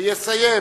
ויסיים,